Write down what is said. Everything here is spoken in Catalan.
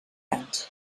anys